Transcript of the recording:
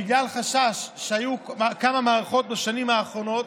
בגלל חשש, היו כמה מערכות בשנים האחרונות,